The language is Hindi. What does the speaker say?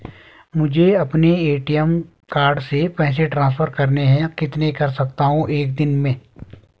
मुझे अपने ए.टी.एम कार्ड से पैसे ट्रांसफर करने हैं कितने कर सकता हूँ एक दिन में?